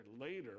later